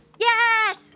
Yes